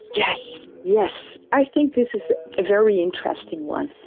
yes, yes, i think this is a very interesting one.